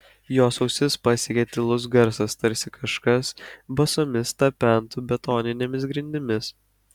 jos ausis pasiekė tylus garsas tarsi kažkas basomis tapentų betoninėmis grindimis